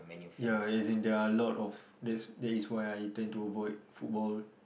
ya as in there are a lot of that is that is why I intend to avoid football